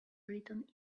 written